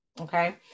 okay